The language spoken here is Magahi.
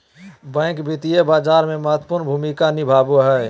बैंक वित्तीय बाजार में महत्वपूर्ण भूमिका निभाबो हइ